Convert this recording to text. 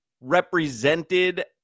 represented